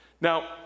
now